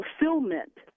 fulfillment